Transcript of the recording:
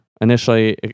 initially